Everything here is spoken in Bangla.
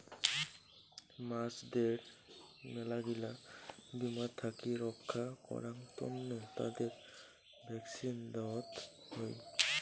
মাছদের মেলাগিলা বীমার থাকি রক্ষা করাং তন্ন তাদের ভ্যাকসিন দেওয়ত হই